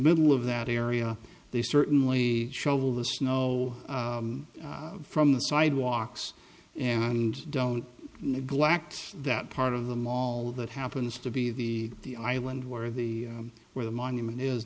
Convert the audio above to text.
middle of that area they certainly shovel the snow from the sidewalks and don't neglect that part of the mall that happens to be the the island where the where the monument is